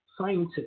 scientists